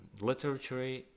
literature